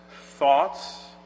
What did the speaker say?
thoughts